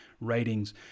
ratings